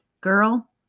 Girl